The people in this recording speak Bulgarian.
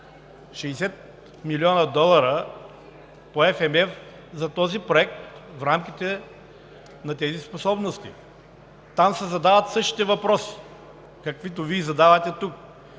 60 млн. долара по ФМС за този проект в рамките на тези способности. Там се задават същите въпроси, каквито Вие задавате тук.